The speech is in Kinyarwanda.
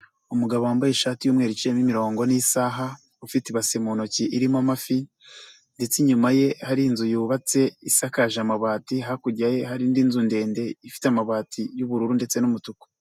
Umugabo wambaye ishati y'umweru iciyemo imirongo n'isaha, ufite ibase mu ntoki irimo amafi ndetse inyuma ye hari inzu yubatse isakaje amabati, hakurya ye hari indi nzu ndende ifite amabati y'ubururu ndetse n'umutuku.